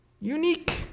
unique